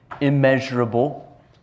immeasurable